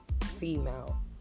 female